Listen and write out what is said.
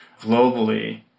globally